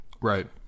Right